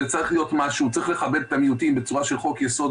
צריך לכבד את המיעוטים בצורה של חוק יסוד